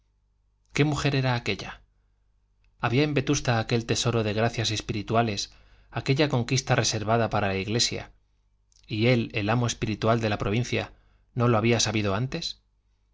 qué mujer era aquella había en vetusta aquel tesoro de gracias espirituales aquella conquista reservada para la iglesia y él el amo espiritual de la provincia no lo había sabido antes